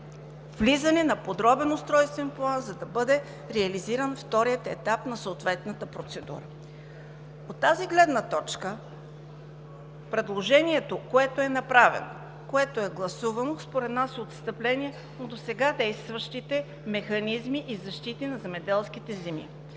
влизане на подробен устройствен план, за да бъде реализиран вторият етап на съответната процедура. От тази гледна точка предложението, което е направено, което е гласувано, според нас е отстъпление от досега действащите механизми и защити на земеделските земи.